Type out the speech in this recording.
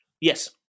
Yes